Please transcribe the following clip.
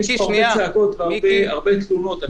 יש פה הרבה צעקות והרבה תלונות.